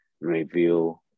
review